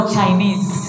Chinese